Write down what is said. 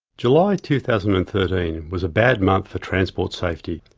july two thousand and thirteen was a bad month for transport safety.